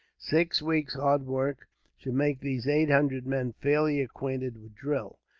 six weeks' hard work should make these eight hundred men fairly acquainted with drill.